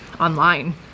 online